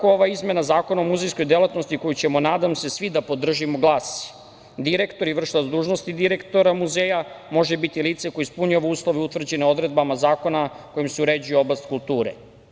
Ova izmena Zakona o muzejskoj delatnosti koju ćemo, nadam se, svi podržati glasi – direktor i vršilac dužnosti direktora muzeja može biti lice koje ispunjava uslove utvrđene odredbama zakona kojim se uređuje oblast kulture.